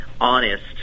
honest